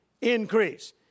increase